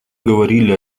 говорили